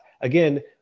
again